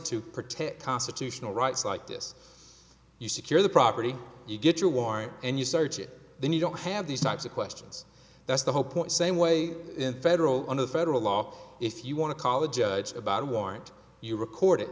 to protect constitutional rights like this you secure the property you get your warrant and you search it then you don't have these types of questions that's the whole point same way in federal under federal law if you want to call a judge about a warrant you record it